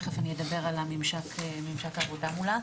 תכף אני אדבר על ממשק העבודה מולם.